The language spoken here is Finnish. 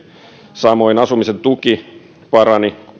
samoin asumisen tuki parani